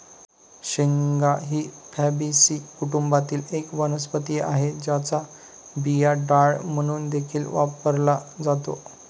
शेंगा ही फॅबीसी कुटुंबातील एक वनस्पती आहे, ज्याचा बिया डाळ म्हणून देखील वापरला जातो